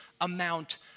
amount